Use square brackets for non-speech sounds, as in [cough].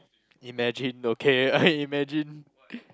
imagine okay I imagine [laughs]